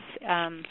yes